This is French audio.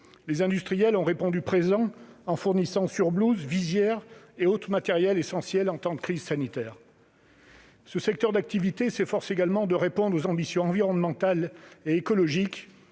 Les industriels ont répondu présent en fournissant surblouses, visières et autres matériels essentiels en temps de crise sanitaire. Ce secteur d'activité s'efforce également de répondre aux ambitions environnementales et écologiques,